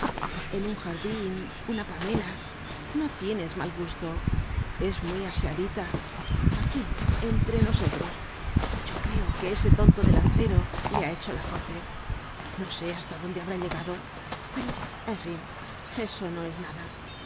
en un jardin una pamela no tienes mal gusto es muy aseadita aquí entre nosotros yo creo que ese tonto de lancero le ha hecho la córte no sé hasta dónde habrá llegado pero en fin eso no es nada